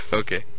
okay